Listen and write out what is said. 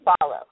follow